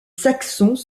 saxons